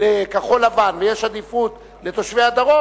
לכחול-לבן ויש עדיפות לתושבי הדרום,